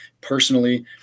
personally